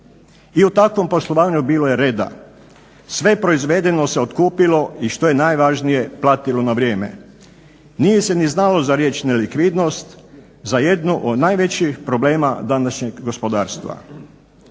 i u takvom poslovanju bilo je reda. Sve proizvedeno se otkupilo i što je najvažnije platilo na vrijeme. Nije se ni znalo za riječ nelikvidnost, za jednu od najvećih problema današnjeg gospodarstva